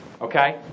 Okay